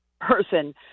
person